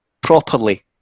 properly